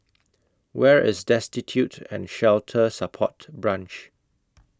Where IS Destitute and Shelter Support Branch